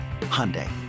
Hyundai